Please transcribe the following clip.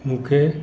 मूंखे